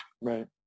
Right